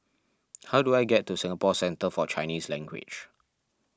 how do I get to Singapore Centre for Chinese Language